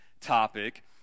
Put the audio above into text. topic